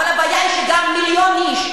אבל הבעיה היא שגם מיליון איש,